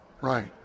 right